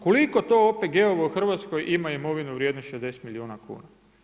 Koliko to OPG-ova u Hrvatskoj ima imovinu vrijednu 60 milijuna kuna?